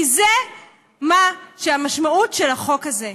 כי זאת המשמעות של החוק הזה.